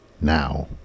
now